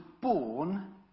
born